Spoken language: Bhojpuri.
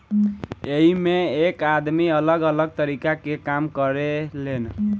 एइमें एक आदमी अलग अलग तरीका के काम करें लेन